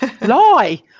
lie